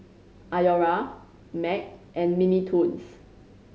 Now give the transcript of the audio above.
Iora Mac and Mini Toons